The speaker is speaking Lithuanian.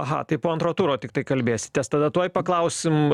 aha tai po antro turo tiktai kalbėsitės tada tuoj paklausim